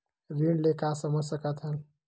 ऋण ले का समझ सकत हन?